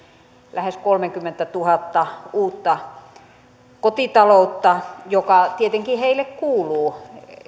lähes kolmekymmentätuhatta uutta kotitaloutta tuen piiriin joka tietenkin heille kuuluu